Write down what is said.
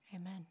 Amen